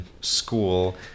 school